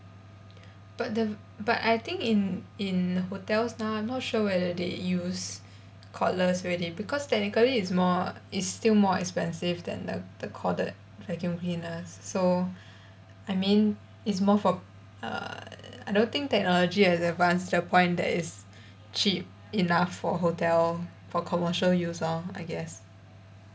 but the but I think in in hotels now I'm not sure whether they use cordless already because technically it's more it's still more expensive than the the corded vacuum cleaners so I mean it's more for err I don't think technology has advanced to the point that it's cheap enough for hotel for commercial use lor I guess